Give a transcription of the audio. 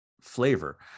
flavor